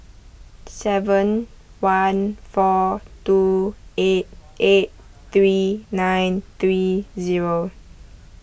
seven one four two eight eight three nine three zero